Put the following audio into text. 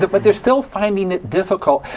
but but they are still finding it difficult.